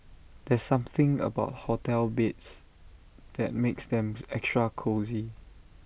there's something about hotel beds that makes them extra cosy